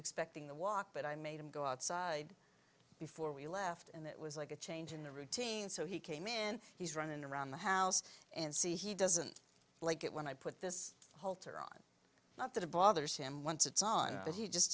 expecting the walk but i made him go outside before we left and it was like a change in the routine so he came in he's running around the house and see he doesn't like it when i put this halter on not that it bothers him once it's on but he just